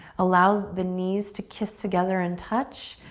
allow the knees to kiss together and touch.